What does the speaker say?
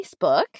Facebook